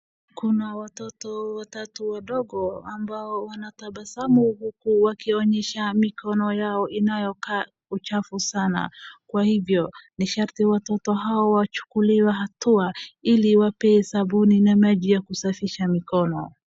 Kuna watoto watatu wadogo ambao wanatabasamu huku wakionyesha mikono yao inayokaa ni chafu sana, kwa hivyo ni sharti kwamba watoto hawa wachukuliwe hatua ili wapewe sabuni na maji ya kusafisha mikono.